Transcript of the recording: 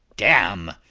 damme!